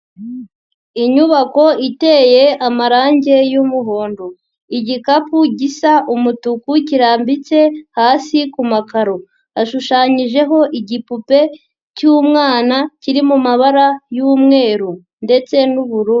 Inyubako iteye amarangi y'umuhondo, igikapu gisa umutuku kirambitse hasi ku makaro hashushanyijeho igipupe cy'umwana kiri mu mabara y'umweru ndetse n'ubururu.